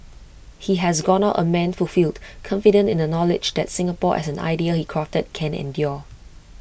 he has gone out A man fulfilled confident in the knowledge that Singapore as an idea he crafted can endure